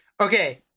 Okay